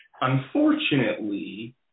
Unfortunately